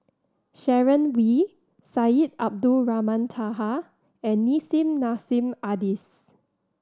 Sharon Wee Syed Abdulrahman Taha and Nissim Nassim Adis